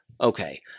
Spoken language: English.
Okay